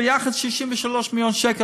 ביחד 63 מיליון שקל,